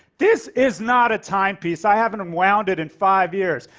this is not a timepiece. i haven't um wound it in five years.